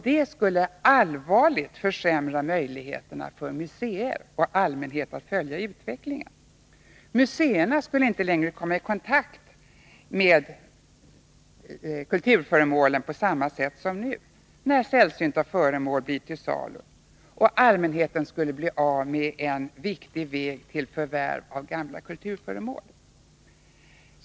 Det skulle allvarligt försämra möjligheterna för museer och allmänhet att följa utvecklingen. Museerna skulle inte längre komma att kontaktas i samma utsträckning som nu, när sällsynta föremål blir till salu, och allmänheten skulle bli av med en viktig väg till förvärv av gamla kulturföremål.